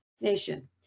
nation